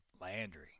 Landry